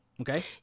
okay